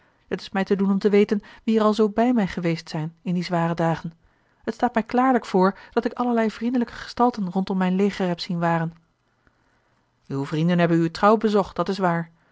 het is mij te doen om te weten wie er alzoo bij mij geweest zijn in die zware dagen het staat mij klaarlijk voor dat ik allerlei vriendelijke gestalten rondom mijn leger heb zien waren uwe vrienden hebben u trouw bezocht dat is waar